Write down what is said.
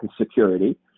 security